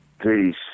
peace